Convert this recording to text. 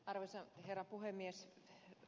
arvoisa herra puhemies